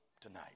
tonight